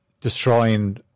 destroying